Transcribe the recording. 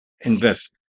invest